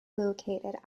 located